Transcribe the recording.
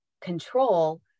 control